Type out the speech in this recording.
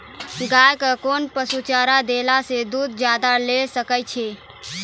गाय के कोंन पसुचारा देला से दूध ज्यादा लिये सकय छियै?